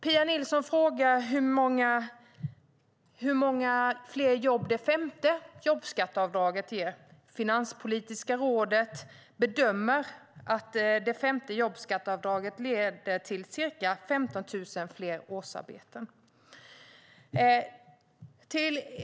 Pia Nilsson frågar hur många fler jobb det femte jobbskatteavdraget ger. Finanspolitiska rådet bedömer att det femte jobbskatteavdraget leder till ca 15 000 fler årsarbeten.